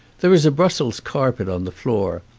there is a brussels carpet on the floor,